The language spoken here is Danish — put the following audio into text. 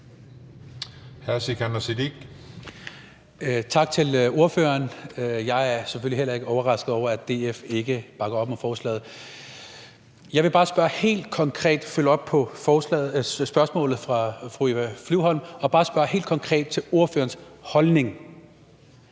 Tak til ordføreren. Jeg er selvfølgelig heller ikke overrasket over, at DF ikke bakker op om forslaget. Jeg vil bare følge op på spørgsmålet